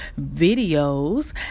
videos